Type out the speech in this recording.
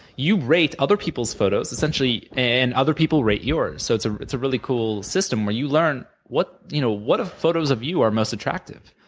you rate other people's photos. essentially, and other people rate yours, so it's ah it's a really cool system where you learn what you know what photos of you are most attractive,